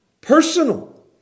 personal